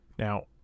Now